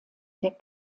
der